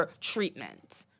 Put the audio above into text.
treatment